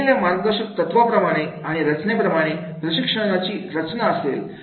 दिलेल्या मार्गदर्शक तत्वाप्रमाणे आणि रचनेप्रमाणे प्रशिक्षण कार्यक्रमाची रचना असेल